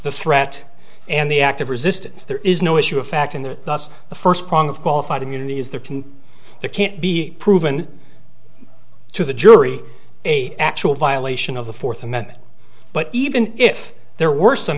the threat and the act of resistance there is no issue of fact in the us the first prong of qualified immunity is there can the can't be proven to the jury a actual violation of the fourth amendment but even if there were some